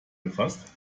gefasst